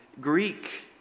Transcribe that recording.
Greek